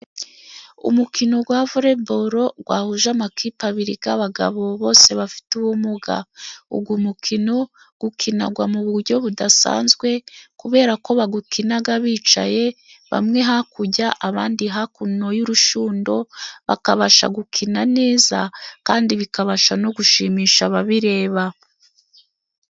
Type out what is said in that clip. Umukino wa voreboru wahuje amakipe abiri y'abagabo bose bafite ubumuga. Uwo mukino ukinanwa mu buryo budasanzwe, kubera ko bawukina bicaye, bamwe hakurya abandi hakuno y'urushundura. Bakabasha gukina neza, kandi bikabasha no gushimisha ababireba.